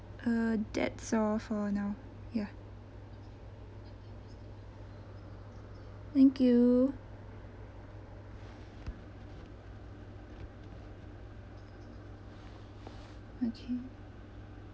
uh that's all for now ya thank you okay